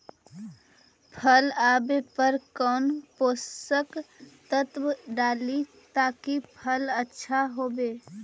फल आबे पर कौन पोषक तत्ब डाली ताकि फल आछा होबे?